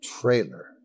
Trailer